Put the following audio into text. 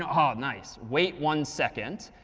um ah nice. wait one second,